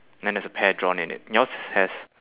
then there's a pear drawn in it yours has